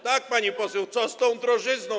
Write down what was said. tak, pani poseł, co z tą drożyzną.